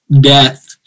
death